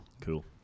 cool